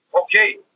okay